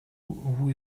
who